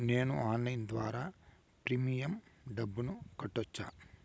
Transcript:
నేను ఆన్లైన్ ద్వారా ప్రీమియం డబ్బును కట్టొచ్చా?